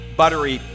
buttery